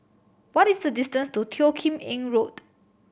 what is the distance to Teo Kim Eng Road